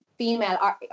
female